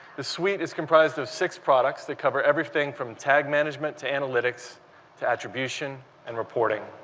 the suite is comprised of six products that cover everything from tag management to analytics to attribution and reporting.